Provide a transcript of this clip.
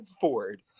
Ford